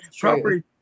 property